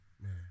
Man